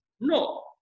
No